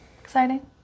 Exciting